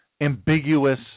ambiguous